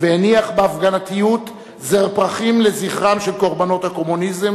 והניח בהפגנתיות זר פרחים לזכרם של קורבנות הקומוניזם.